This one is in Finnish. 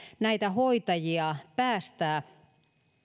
näitä hoitajia päästää